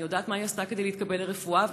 אני יודעת מה היא עשתה כדי להתקבל ללימודי רפואה,